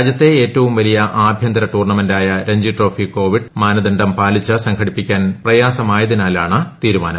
രാജ്യത്തെ ഏറ്റവും വലിയ ആഭ്യന്തര ടൂർണമെന്റായ രഞ്ജി ട്രോഫി കോവിഡ് മാനദണ്ഡം പാലിച്ച് സംഘടിപ്പിക്കാൻ പ്രയാസമായതിനാലാണ് തീരുമാനം